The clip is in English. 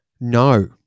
No